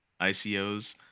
ICOs